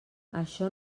això